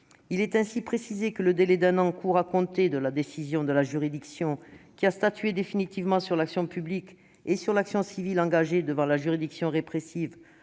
Il est ainsi précisé que le délai d'un an court à compter de la décision de la juridiction qui a statué définitivement sur l'action publique et sur l'action civile engagée devant la juridiction répressive